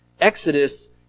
Exodus